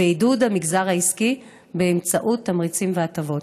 ועידוד המגזר העסקי באמצעות תמריצים והטבות,